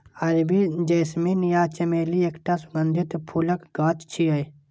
अरबी जैस्मीन या चमेली एकटा सुगंधित फूलक गाछ छियै